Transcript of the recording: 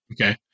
okay